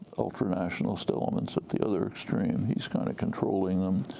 ultranationalist elements at the other extreme. he's kind of controlling them.